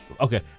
Okay